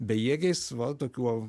bejėgiais va tokių